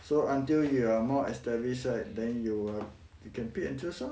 so until you're more established right then you you can pick and choose loh